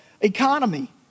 economy